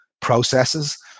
processes